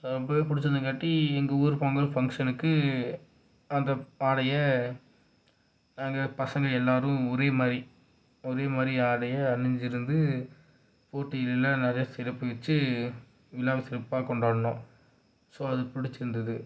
ரொம்பவே பிடுச்சிருந்தாங்காட்டி எங்கள் ஊர் பொங்கல் ஃபங்க்ஷனுக்கு அந்த ஆடையை நாங்கள் பசங்கள் எல்லாேரும் ஒரே மாதிரி ஒரே மாதிரி ஆடையை அணிஞ்சுருந்து போட்டியில் நிறையா சிறப்புவித்து விழாவ சிறப்பாக கொண்டாடினோம் ஸோ அது பிடிச்சிருந்தது